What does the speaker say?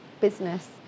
business